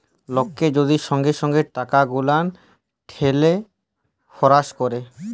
লককে যদি সঙ্গে সঙ্গে টাকাগুলা টেলেসফার ক্যরে